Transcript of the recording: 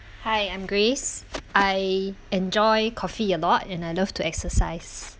hi I'm grace I enjoy coffee a lot and I love to exercise